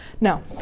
no